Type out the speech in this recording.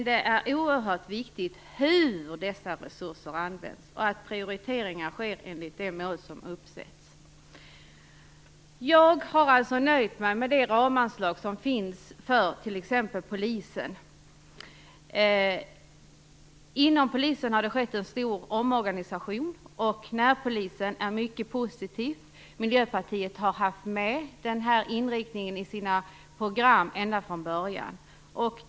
Det är oerhört viktigt hur dessa resurser används och att prioriteringar sker enligt de mål som uppsätts. Jag har nöjt mig med det ramanslag som finns för t.ex. polisen. Inom polisen har det skett en stor omorganisation. Närpolisen är något mycket positivt. Miljöpartiet har haft förslag med denna inriktning i sina program ända från början.